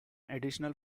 additional